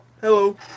hello